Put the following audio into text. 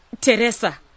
Teresa